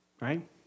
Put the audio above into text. right